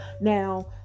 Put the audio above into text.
now